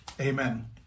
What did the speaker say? Amen